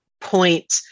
point